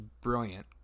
brilliant